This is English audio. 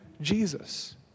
Jesus